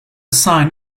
sign